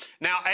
Now